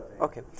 Okay